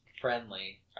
friendly